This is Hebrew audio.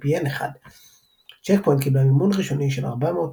VPN-1. צ'ק פוינט קיבלה מימון ראשוני של ארבע מאות